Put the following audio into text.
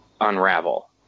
unravel